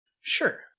Sure